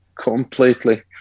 completely